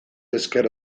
esker